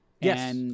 Yes